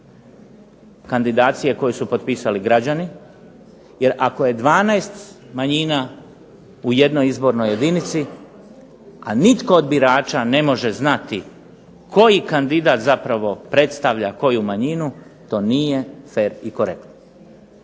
kandidacije koje su potpisali građani, jer ako je 12 manjina u jednoj izbornoj jedinici, a nitko od birača ne može znati koji kandidat predstavlja koju manjinu to nije fer i korektno.